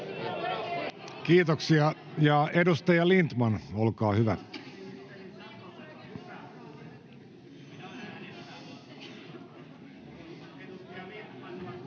Kiitoksia. — Edustaja Lindtman, olkaa hyvä.